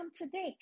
today